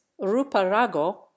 ruparago